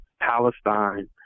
Palestine